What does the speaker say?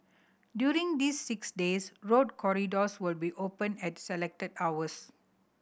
during these six days road corridors will be open at selected hours